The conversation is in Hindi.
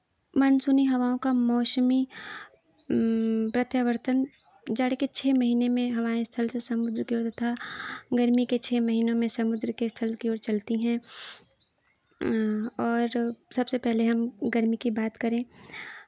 मानसूनी हवाओं का मौसमी प्रत्यावर्तन जाड़े के छः महीने में हवाएँ स्थल से समुद्र की ओर तथा गर्मी के छः महीनों में समुद्र के स्थल की ओर चलती हैं और सबसे पहले हम गर्मी की बात करें